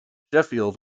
sheffield